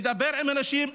לדבר עם אנשים,